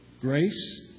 grace